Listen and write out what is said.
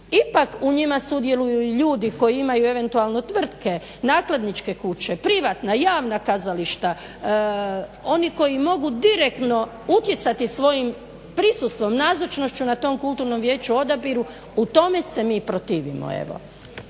ipak u njima sudjeluju i ljudi koji imaju eventualno tvrtke, nakladničke kuće, privatna, javna kazališta oni koji mogu direktno utjecati svojim prisustvom, nazočnošću na tom kulturnom vijeću u odabiru u tome se mi protivimo